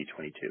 2022